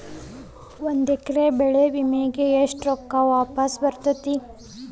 ಒಂದು ಎಕರೆ ಬೆಳೆ ವಿಮೆಗೆ ಎಷ್ಟ ರೊಕ್ಕ ವಾಪಸ್ ಬರತೇತಿ?